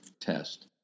test